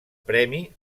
premi